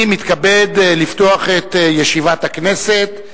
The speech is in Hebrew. אני מתכבד לפתוח את ישיבת הכנסת.